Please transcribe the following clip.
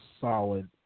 solid